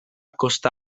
kosta